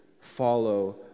follow